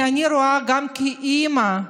אני רואה, גם כאימא,